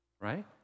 right